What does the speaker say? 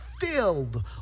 filled